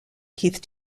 keith